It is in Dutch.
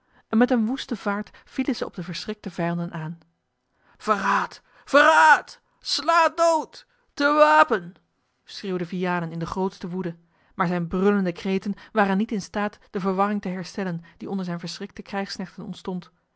met eene woeste vaart vielen zij op de verschrikte vijanden aan verraad verraad slaat dood te wapen schreeuwde vianen in de grootste woede maar zijne brullende kreten waren niet in staat de verwarring te herstellen die onder zijne verschrikte krijgsknechten ontstond